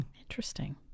Interesting